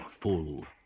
full